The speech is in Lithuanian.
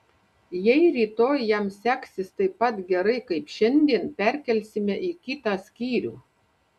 jei rytoj jam seksis taip pat gerai kaip šiandien perkelsime į kitą skyrių